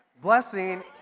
Blessing